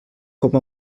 com